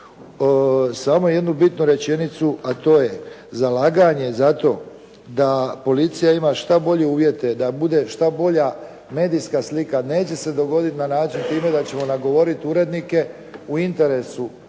Samo jednu bitnu rečenicu, a to je zalaganje za to da policija ima šta bolje uvjete, da bude šta bolja medijska slika, neće se dogoditi na način time da ćemo nagovoriti urednike u interesu